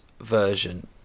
version